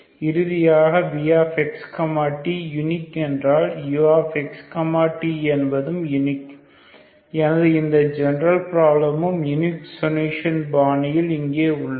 இது இறுதியாக vx t unique என்றால் ux t என்பதும் யுனிக் ஆகும் எனது இந்த ஜெனரல் ப்ராப்ளமும் யுனிக் சொல்யூஷன் பாணியில் இங்கே உள்ளது